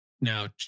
now